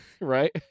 Right